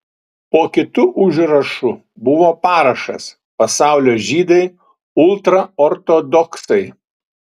po kitu užrašu buvo parašas pasaulio žydai ultraortodoksai